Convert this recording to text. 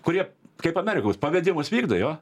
kurie kaip amerikos pavedimus vykdo jo